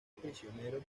prisionero